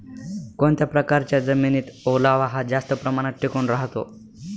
कोणत्या प्रकारच्या जमिनीत ओलावा हा जास्त प्रमाणात टिकून राहतो?